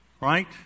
right